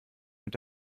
mit